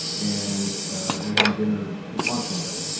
and we were having dinner lunch, one day,